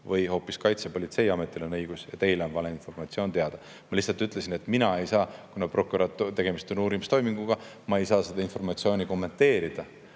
või on hoopis Kaitsepolitseiametil õigus ja teil on valeinformatsioon. Ma lihtsalt ütlesin, et kuna tegemist on uurimistoiminguga, siis ma ei saa seda informatsiooni kommenteerida,